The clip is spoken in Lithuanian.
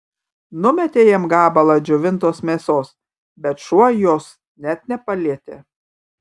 numetė jam gabalą džiovintos mėsos bet šuo jos net nepalietė